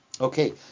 Okay